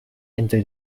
enjoy